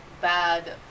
bad